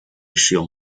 食用